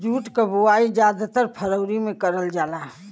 jute क बोवाई जादातर फरवरी में करल जाला